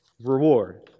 reward